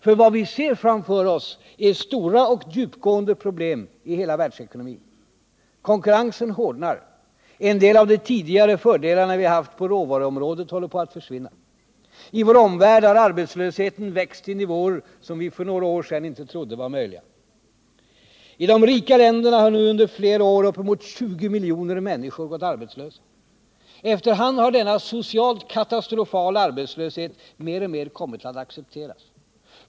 För vad vi ser framför oss är stora och djupgående problem i hela världsekonomin. Konkurrensen hårdnar — en del av de tidigare fördelar som vi haft på råvaruområdet håller på att försvinna. I vår omvärld har arbetslösheten växt till nivåer som vi för några år sedan inte trodde var möjliga. I de rika länderna har nu under flera år uppemot 20 miljoner människor gått arbetslösa. Efter hand har denna socialt katastrofala arbetslöshet mer och mer kommit att accepteras.